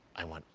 i went,